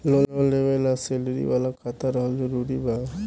Loan लेवे ला salary वाला खाता रहल जरूरी बा?